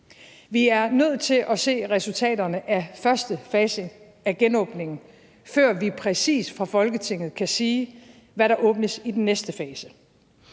Vi er nødt til at se resultaterne af første fase af genåbningen, før vi præcis fra Folketinget kan sige, hvad der åbnes i den næste fase.